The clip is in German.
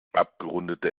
abgerundete